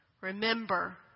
Remember